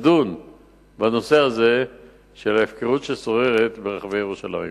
תדון בנושא הזה של ההפקרות ששוררת ברחבי ירושלים.